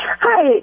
Hi